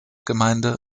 gemeinde